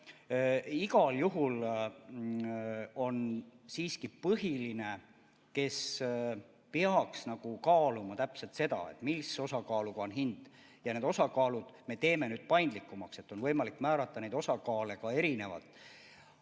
juhul on siiski põhiline, et peaks kaaluma täpselt seda, mis osakaaluga on hind. Ja need osakaalud me teeme nüüd paindlikumaks. Neid on võimalik määrata ka erinevalt.